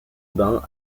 bains